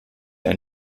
ein